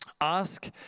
Ask